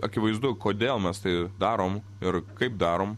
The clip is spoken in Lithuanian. akivaizdu kodėl mes tai darom ir kaip darom